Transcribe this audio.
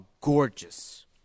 gorgeous